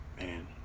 Man